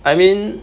I mean